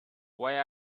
why